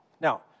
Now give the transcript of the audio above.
Now